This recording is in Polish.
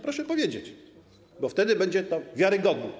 Proszę powiedzieć, bo wtedy będzie to wiarygodne.